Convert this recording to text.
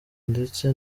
ndetse